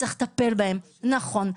וצריך לטפל בהן נכון,